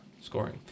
scoring